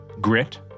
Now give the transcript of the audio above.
grit